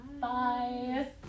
Bye